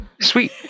sweet